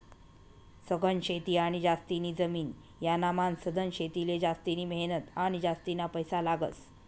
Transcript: सघन शेती आणि जास्तीनी जमीन यानामान सधन शेतीले जास्तिनी मेहनत आणि जास्तीना पैसा लागस